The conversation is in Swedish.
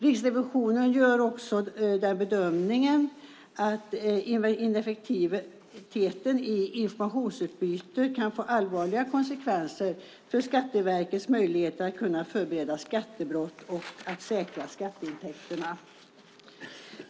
Riksrevisionen gör bedömningen att ineffektiviteten i informationsutbytet kan få allvarliga konsekvenser för Skatteverkets möjligheter att förebygga skattebrott och säkra skatteintäkterna.